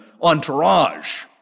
entourage